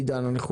עידן ורטהיים,